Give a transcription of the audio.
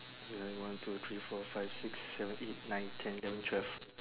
it's like one two three four five six seven eight nine ten eleven twelve